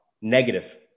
Negative